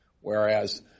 whereas